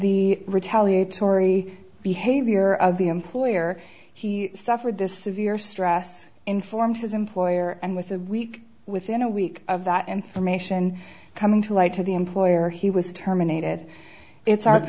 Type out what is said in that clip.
the retaliate tory behavior of the employer he suffered this severe stress informs his employer and with a week within a week of that information coming to light to the employer he was terminated it's